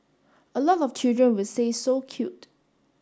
a lot of children will say so cute